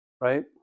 right